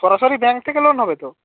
সরাসরি ব্যাংক থেকে লোন হবে তো